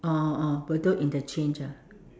oh oh oh Bedok interchange ah